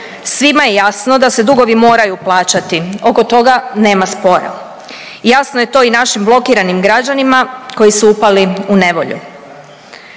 Svima je jasno da se dugovi moraju plaćati, oko toga nema spora. Jasno je to i našim blokiranim građanima koji su upali u nevolju.